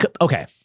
Okay